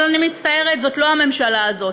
אבל אני מצטערת, זאת לא הממשלה הזאת.